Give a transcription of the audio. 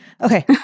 Okay